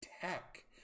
Tech